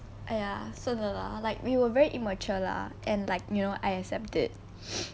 !aiya! 算了 lah like we were very immature lah and like you know I accept it